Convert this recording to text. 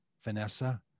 Vanessa